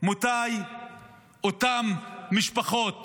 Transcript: מתי אותן משפחות